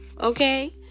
Okay